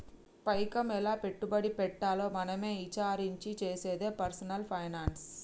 పైకం ఎలా పెట్టుబడి పెట్టాలో మనమే ఇచారించి చేసేదే పర్సనల్ ఫైనాన్స్